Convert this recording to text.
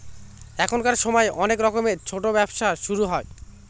এখনকার সময় অনেক রকমের ছোটো ব্যবসা শুরু হয়